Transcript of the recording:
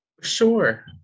Sure